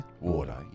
water